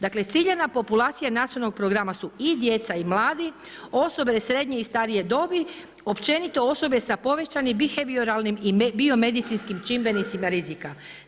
Dakle, ciljana populacija nacionalnog programa su i djeca i mladi, osobe srednje i starije dobi, općenito osobe sa povećanim bihevioralnim i biomedicinskim čimbenicima rizika.